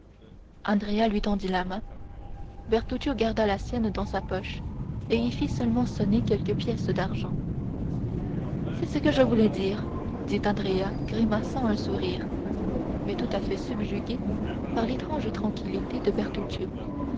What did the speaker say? lui tendit la main bertuccio garda la sienne dans sa poche et y fit seulement sonner quelques pièces d'argent c'est ce que je voulais dire fit andrea grimaçant un sourire mais tout à fait subjugué par l'étrange tranquillité de